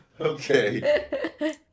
Okay